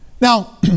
Now